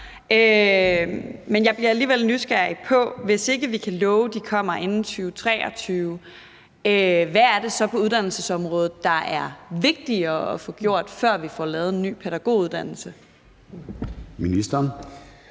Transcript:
Men jeg bliver alligevel nysgerrig, for hvis man ikke kan love, at de kommer i 2023, hvad er det så på uddannelsesområdet, der er vigtigere at få gjort, før vi får lavet en ny pædagoguddannelse? Kl.